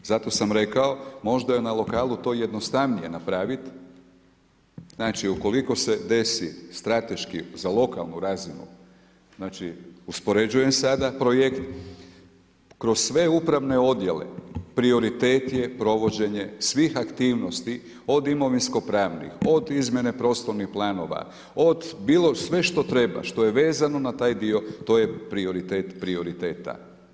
Zato sam rekao možda je na lokalu to jednostavnije napravit, znači ukoliko se desi strateški za lokalnu razinu, znači uspoređujem sada projekt, kroz sve upravne odjele prioritet je provođenje svih aktivnosti od imovinskopravnih, od izmjene prostornih planova, od bilo sve što treba što je vezano na taj dio to je prioritet, prioriteta.